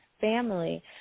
family